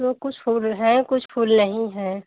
तो कुछ फूल है कुछ फूल नही है